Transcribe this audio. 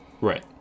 Right